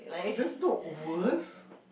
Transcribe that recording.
that's not worst